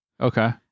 Okay